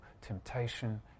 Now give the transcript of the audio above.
temptation